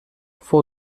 fou